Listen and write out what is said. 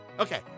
Okay